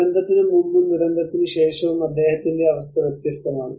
ദുരന്തത്തിന് മുമ്പും ദുരന്തത്തിന് ശേഷവും അദ്ദേഹത്തിന്റെ അവസ്ഥ വ്യത്യസ്തമാണ്